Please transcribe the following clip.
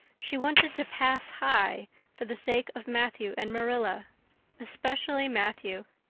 she wanted to pass high for the sake of matthew and marilla especially matthew.